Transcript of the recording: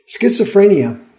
Schizophrenia